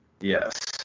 Yes